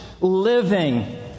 living